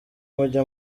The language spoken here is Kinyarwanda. mujye